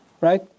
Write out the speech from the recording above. Right